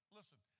Listen